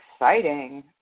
Exciting